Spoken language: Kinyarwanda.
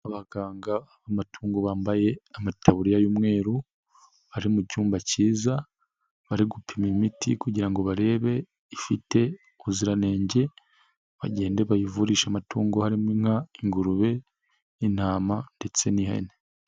Abaganga b'amatungo bambaye amataburiya y'umweru bari mu cyumba cyiza bari gupima imiti kugira ngo barebe ifite ubuziranenge bagende bayivurishe amatungo harimo inka, ingurube, intama ndetse n'ihene.